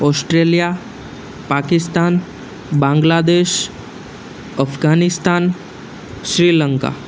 Australia Pakistan Bangladesh Afghanistan Sri Lanka